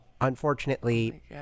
unfortunately